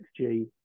XG